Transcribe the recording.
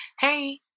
hey